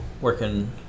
working